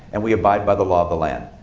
and we abide by the law of the land.